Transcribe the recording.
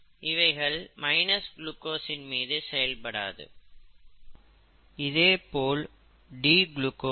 இவைகள் மைனஸ் குளுக்கோஸின் மீது செயல்படாது